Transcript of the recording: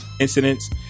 incidents